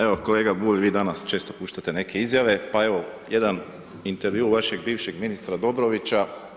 Evo, kolega Bulj, vi danas često puštate neke izjave, pa evo, jedan intervju vašeg bivšeg ministra Dobrovića.